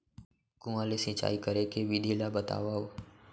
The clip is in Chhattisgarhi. कुआं ले सिंचाई करे के विधि ला बतावव?